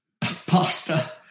Pasta